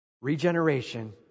regeneration